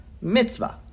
mitzvah